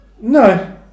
No